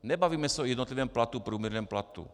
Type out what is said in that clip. Nebavíme se o jednotlivém platu, průměrném platu.